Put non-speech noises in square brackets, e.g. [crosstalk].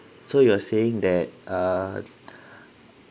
so you are saying that uh [breath]